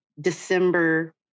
December